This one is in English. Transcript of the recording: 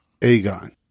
Aegon